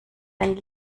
dein